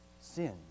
sin